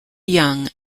young